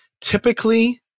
typically